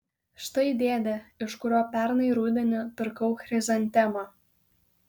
štai dėdė iš kurio pernai rudenį pirkau chrizantemą